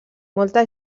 molta